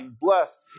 blessed